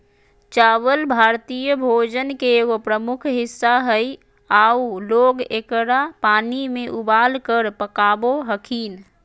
चावल भारतीय भोजन के एगो प्रमुख हिस्सा हइ आऊ लोग एकरा पानी में उबालकर पकाबो हखिन